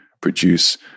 produce